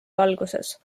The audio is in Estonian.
valguses